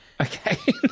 Okay